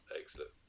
excellent